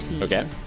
Okay